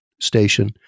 station